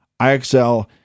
IXL